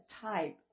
type